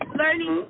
learning